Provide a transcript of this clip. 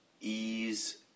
ease